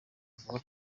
ivuga